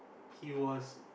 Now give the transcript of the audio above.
he was